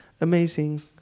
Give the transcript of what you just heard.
amazing